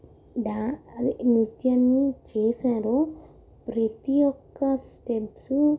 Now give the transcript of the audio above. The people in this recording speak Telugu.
డ్యా అదే నృత్యాన్ని చేశారో ప్రతి ఒక స్టెప్సు